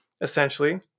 essentially